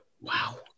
wow